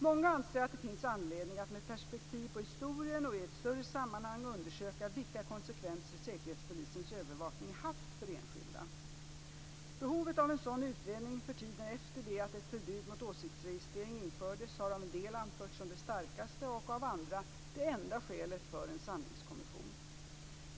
Många anser att det finns anledning att med perspektiv på historien och i ett större sammanhang undersöka vilka konsekvenser Säkerhetspolisens övervakning haft för enskilda. Behovet av en sådan utredning för tiden efter det att ett förbud mot åsiktsregistrering infördes har av en del anförts som det starkaste och av andra det enda skälet för en sanningskommission.